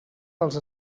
dels